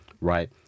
right